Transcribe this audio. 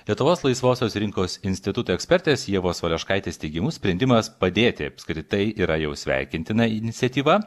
lietuvos laisvosios rinkos instituto ekspertės ievos valeškaitės teigimu sprendimas padėti apskritai yra jau sveikintina iniciatyva